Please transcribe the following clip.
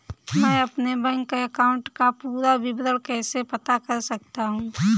मैं अपने bank account का पूरा विवरण कैसे पता कर सकता हूँ?